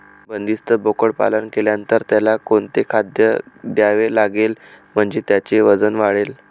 बंदिस्त बोकडपालन केल्यानंतर त्याला कोणते खाद्य द्यावे लागेल म्हणजे त्याचे वजन वाढेल?